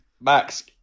Max